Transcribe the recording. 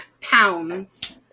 pounds